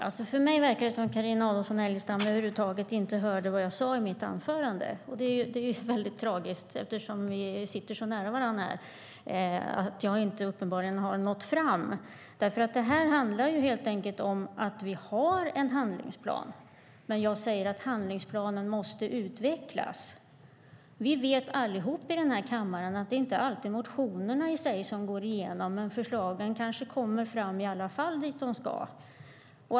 Herr talman! Det verkar som om Carina Adolfsson Elgestam över huvud taget inte hörde vad jag sade i mitt anförande. Det är ju väldigt tragiskt att jag uppenbarligen inte har nått fram, eftersom vi står så nära varandra här. Det här handlar helt enkelt om att vi har en handlingsplan, men jag säger att handlingsplanen måste utvecklas. Vi vet allihop i den här kammaren att det inte alltid är motionerna i sig som går igenom, men förslagen kanske kommer fram dit de ska i alla fall.